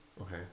Okay